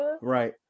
Right